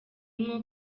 mwo